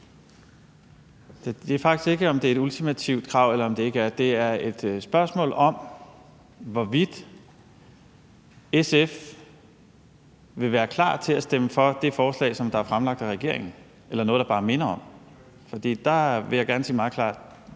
et spørgsmål om, om det er et ultimativt krav, eller om det ikke er det. Det er et spørgsmål om, hvorvidt SF vil være klar til at stemme for det forslag, som der er fremlagt af regeringen, eller noget, der bare minder om det. For der vil jeg gerne sige meget klart: